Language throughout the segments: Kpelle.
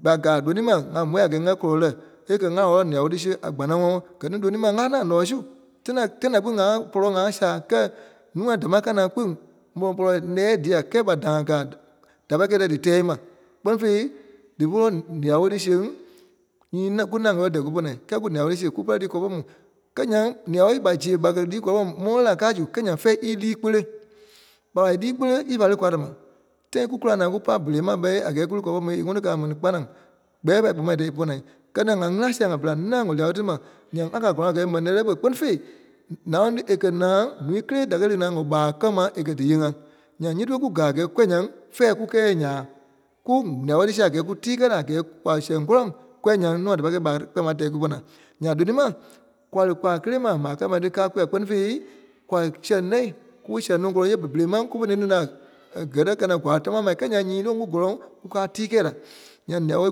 kpa gaa lónii ma ŋa môi a kɛɛ ŋa kɔlɔ lɛ̂. A kɛ̀ ŋa wɔlɔ lîa-wòo tí siɣe a kpanaŋɔɔ gɛ-ní lónii ma ŋa naa nɔ̀ɔi su. Tâi da- tâi da kpîŋ ŋa pɔlɔ ŋa saa. Kɛɛ nûa dámaa kaa naa kpîŋ ɓɔ̀ pɔlɔ nɛɛ̂i dîa. Kɛɛ ɓa da-ŋa káa da pai kɛ̀ dia dí tɛ́ɛ ma. Kpɛ́ni fêi, dífe ŋɔnɔ lîa-wòo tí siɣe, nyii ńâŋ- kunâŋ a wɔ́lɔ dɛ́ɛ kupɔ́ naa. Kɛɛ kù lîa-woo siɣe kù pɛlɛ lii kɔlɔ pɔrɔŋ mu. Kɛɛ nyaŋ lîa-woo ɓa ziɣe ɓa kɛ̀ lii kɔlɔ pɔrɔŋ mu, mɔ̃le-laa káa zu. Kɛɛ nyaŋ fɛ̃ɛ í ílii kpele. ɓa ba ílii kpele ífa lii kwa da dà ma. Tâi ku kùla naa kú pa berei ma ɓɛ̂i a kɛɛ kulii kɔlɔ pɔrɔŋ mu, a ŋɔnɔ kɛ̀ a mɛni kpàna. Gbɛɛ pai kpɔma dɛ́ɛ ípɔ naa. Kɛ́ naa ŋá ŋgili ŋa sia ŋa pîlaŋ nâŋ ŋa lîa-woo tí ma, nyaŋ ŋá kɛ a kɔ́lɔŋɔɔ a kɛ́ɛ mɛni nɛ̂lɛɛ ɓe kpɛ́ni fêi naloŋ tí a kɛ́ naa núui kélee da kɛ̀ li naa ŋɔ gba kɛ̀-maa a kɛ́ díyee ŋa. Nyaŋ, nyiti ɓe kùkaa kuwɔ̀ nyaŋ fɛɛ kùkɛ ǹyɛɛ nyaa. Kù lîa-wòo tí siɣe a kɛ́ɛ kú tii kɛ́ la kɛɛ kwa sɛŋ kɔ́lɔŋ kùwɔ nyaŋ nua da pai kɛ̀ gba kùmaa tɛɛ kupɔ́ naa. Nyaŋ lónii maa kwa li kwaa kélee maa, mai kɛ́ maa káa kwa. Kpɛ́ni fêi kwa sɛŋ lɛ̂ ku sɛŋ loŋ kɔ́lɔŋ berei máŋ kúfe ní nuu da kɛ́tɛ kɛ naa gwaa damaa kɛ́ naa nyii ti ɓe ku kɔ̀lɔŋ kúkaa tii kɛ́ la. Nyaŋ lîa-woo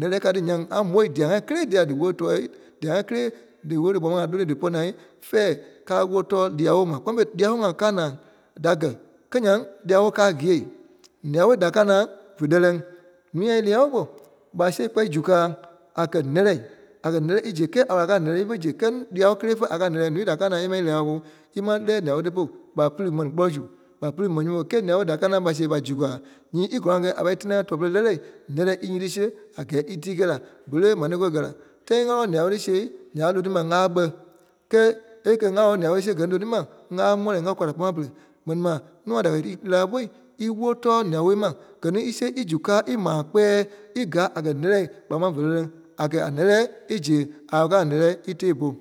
nɛ̂lɛɛ káa tí nyaŋ dîa-ŋa kélee dîa dí wɔrɛ tɔ̂ɔ kpaa maŋ a lónôi dípɔ naa fɛɛ ka káa wɔrɛ tɔ̂ɔ lîa-woo ma kpɛni fêi lîa-wóo káa naa da kɛ kɛɛ nyaŋ lîa-woo káa gîe. Lîa-woo da káa naa fe lɛ̂lɛ tí, núu a ílîa-woo bo kpa sɛɣɛ kpɔ́ í zukáa a kɛ lɛ̂lɛɛ. A kɛ́ lɛ̂lɛɛ í ziɣe kɛ́lɛ a pa kɛ a nɛ̂lɛɛ ífe ziɣe. Kɛɛ lîa-woo kélee fé a kɛ a nɛ̂lɛɛ. Nuui da káa naa a í lîa-woo, í maŋ lɛɛ lîa-woo dípolu ɓa pili mɛni gbɔlɔɔ su. ɓa pili mɛni nyɔmɔ su. Kɛ́ɛ lîa-woo da káa naa ɓa sɛɣɛ ɓa zukaa, nyii í kɔ́lɔŋ a pai í tina tua pere lɛ̂lɛɛ, nɛ̂lɛɛ í nyiti siɣe a kɛɛ í tíi kɛ́ la. Berei mɛni a kɛ̀ la. Tâi ŋa wɔlɔ lîa-woo tí siɣe nya ɓe lonii ma kàa bɛi. Kɛɛ a kɛ ŋa wɔlɔ lîa-woo tí siɣe gɛ ní lonii ma kàa mɔ̃le kàa kwaa da kpɛni ma pere. Mɛni ma nua da kɛ́ lii dílaa pui ì wɔrɛ tɔ̂ɔ lîa-woo ma. Gɛ ní í sɛɣɛ ízu káa ímaa kpɛɛ íkáa a kɛ lɛ̂lɛ kpaa máŋ fé lɛ̂lɛɛ-ní. A kɛ́ a nɛ̂lɛɛ í ziɣe. í waa kɛ a nɛ̂lɛɛ í tèe polu.